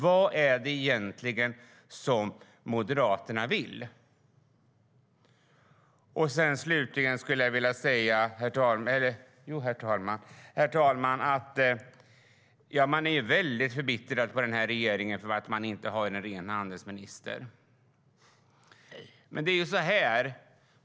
Vad är det egentligen som Moderaterna vill? Herr talman! Vissa är förbittrade på denna regering för att det inte finns en handelsminister.